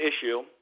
issue